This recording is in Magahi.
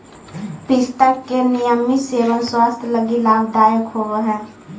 पिस्ता के नियमित सेवन स्वास्थ्य लगी लाभदायक होवऽ हई